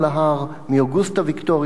מאוגוסטה-ויקטוריה לבית-הקברות.